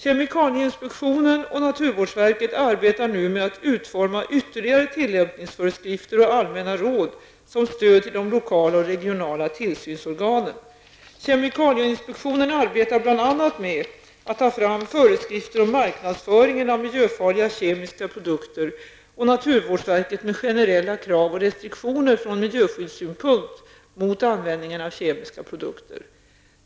Kemikalieinspektionen och naturvårdsverket arbetar nu med att utforma ytterligare tillämpningsföreskrifter och allmänna råd som stöd till de lokala och regionala tillsynsorganen. Kemikalieinspektionen arbetar bl.a. med att ta fram föreskrifter om marknadsföringen av miljöfarliga kemiska produkter och naturvårdsverket med generella krav och restriktioner från miljöskyddssynpunkt mot användningen av kemiska produkter.